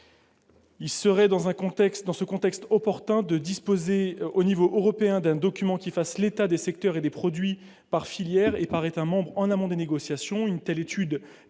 contexte, dans ce contexte opportun de disposer au niveau européen, d'un document qui fasse l'état des secteurs et des produits par filière et par États-membres en amont des négociations